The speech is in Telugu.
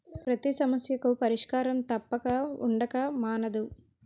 పతి సమస్యకు పరిష్కారం తప్పక ఉండక మానదు